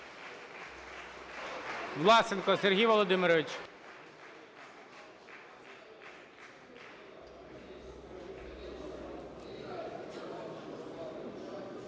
Власенко Сергій Володимирович.